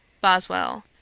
Boswell